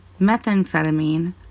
methamphetamine